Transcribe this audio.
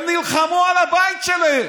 הם נלחמו על הבית שלהם.